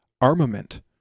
armament